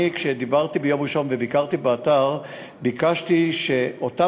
כשדיברתי ביום ראשון וביקרתי באתר ביקשתי שמכיוון